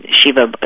Shiva